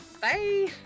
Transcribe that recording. Bye